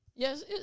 Yes